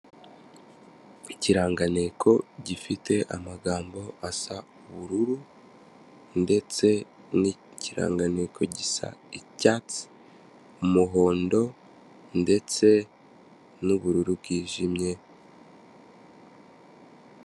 Ikiranganteko gifite amagambo asa ubururu ndetse n'ikiranganteko gisa icyatsi, umuhondo ndetse n'ubururu bwijimye.